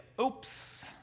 oops